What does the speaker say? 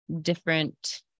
different